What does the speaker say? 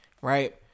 Right